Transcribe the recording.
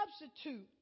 substitute